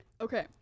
Okay